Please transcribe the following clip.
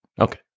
Okay